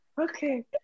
Okay